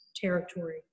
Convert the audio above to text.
territory